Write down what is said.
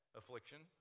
affliction